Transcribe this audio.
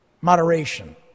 Moderation